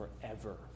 forever